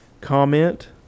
comment